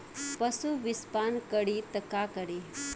पशु विषपान करी त का करी?